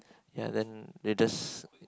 ya then they just